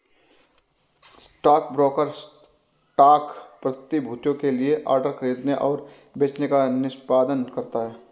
stockbroker stock प्रतिभूतियों के लिए ऑर्डर खरीदने और बेचने का निष्पादन करता है